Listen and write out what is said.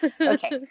okay